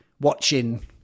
watching